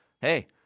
hey